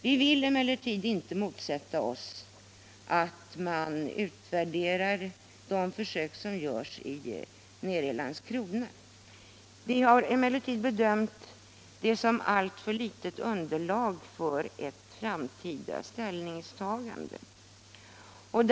Vi vill inte motsätta oss att man utvärderar de försök som görs i Landskrona, men vi har bedömt detta vara ctt alltför litet underlag för det framtida ställningstagandet.